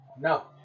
No